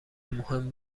مهم